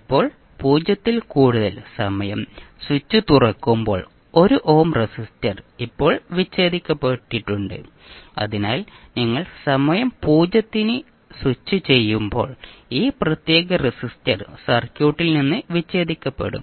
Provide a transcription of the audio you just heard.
ഇപ്പോൾ 0 ൽ കൂടുതലുള്ള സമയം സ്വിച്ച് തുറക്കുമ്പോൾ 1 ഓം റെസിസ്റ്റർ ഇപ്പോൾ വിച്ഛേദിക്കപ്പെട്ടിട്ടുണ്ട് അതിനാൽ നിങ്ങൾ സമയം 0 ന് സ്വിച്ച് ചെയ്യുമ്പോൾ ഈ പ്രത്യേക റെസിസ്റ്റർ സർക്യൂട്ടിൽ നിന്ന് വിച്ഛേദിക്കപ്പെടും